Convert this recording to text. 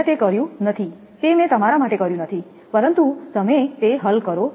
મેં તે કર્યું નથી તે મેં તમારા માટે કર્યું નથી પરંતુ તમે તે કરો